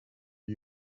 are